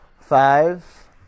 Five